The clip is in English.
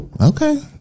Okay